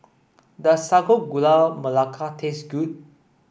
does Sago Gula Melaka taste good